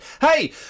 Hey